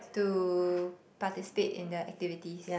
to participate in the activities